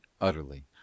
utterly